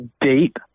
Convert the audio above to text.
date